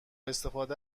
استفاده